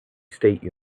state